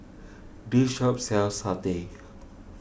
this shop sells Satay